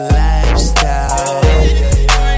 lifestyle